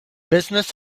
business